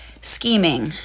scheming